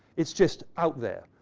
it's just out there.